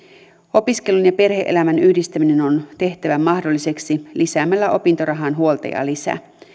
opiskelun ja perhe elämän yhdistäminen on tehtävä mahdolliseksi lisäämällä opintorahaan huoltajalisä